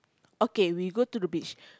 okay we go to the beach